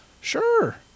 Sure